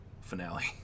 finale